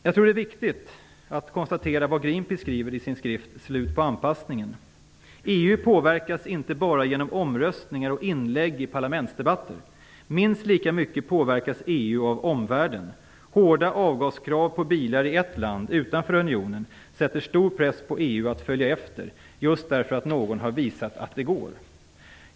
Jag tror att det är viktigt att konstatera vad Greenpeace skriver i sin skrift Slut på anpassningen: "EU påverkas inte bara genom omröstningar och inlägg i parlamentsdebatter. Minst lika mycket påverkas EU av omvärlden. Hårda avgaskrav på bilar i ett land utanför unionen sätter stor press på EU att följa efter, just därför att någon har visat att det går."